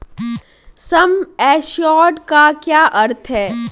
सम assured का क्या अर्थ है?